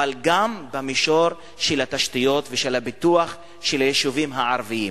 אבל גם במישור של התשתיות ושל הפיתוח של היישובים הערביים,